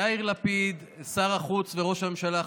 יאיר לפיד, שר החוץ וראש הממשלה החליפי,